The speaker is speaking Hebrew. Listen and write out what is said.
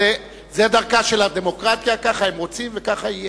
זו דרכה של הדמוקרטיה, כך הם רוצים וכך יהיה.